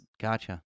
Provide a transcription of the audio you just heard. Gotcha